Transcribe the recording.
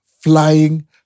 flying